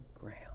ground